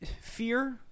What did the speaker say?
Fear